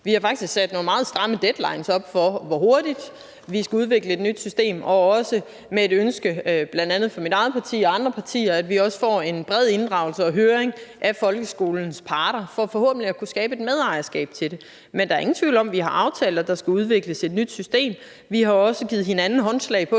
Vi har faktisk sat nogle meget stramme deadlines op for, hvor hurtigt vi skal udvikle et nyt system, og også med et ønske, bl.a. fra mit eget parti og andre partier, om, at vi også får en bred inddragelse og høring af folkeskolens parter for forhåbentlig at kunne skabe et medejerskab til det. Men der er ingen tvivl om, at vi har aftalt, at der skal udvikles et nyt system. Vi har også i den politiske